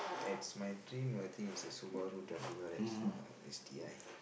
as my dream I think it's a Subaru W_R_X lah S_T_I